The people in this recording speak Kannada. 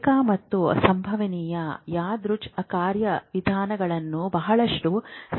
ಏಕ ಮತ್ತು ಸಂಭವನೀಯ ಯಾದೃಚ್ ಕಾರ್ಯವಿಧಾನವು ಬಹಳಷ್ಟು ಸಂಭವಿಸುತ್ತದೆ